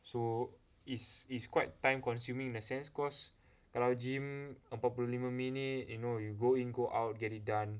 so it's it's quite time consuming the sense cause kalau gym empat puluh minit you know you go in go out get it done